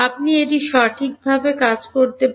আপনি এটি সঠিকভাবে কাজ করতে পারেন